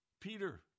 Peter